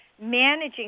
managing